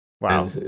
Wow